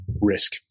risk